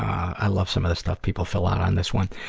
i love some of this stuff people fill out on this one.